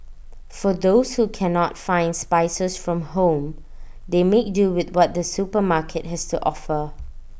for those who cannot find spices from home they make do with what the supermarket has to offer